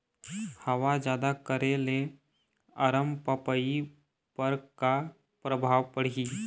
हवा जादा करे ले अरमपपई पर का परभाव पड़िही?